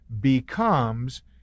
becomes